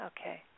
Okay